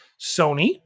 Sony